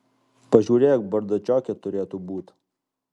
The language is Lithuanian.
pažiūrėk bardačioke turėtų būt